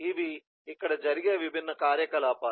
ఇవి ఇక్కడ జరిగే విభిన్న కార్యకలాపాలు